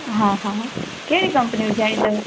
हा हा कहिड़ी कम्पनी विझाइणी अथव